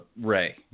Ray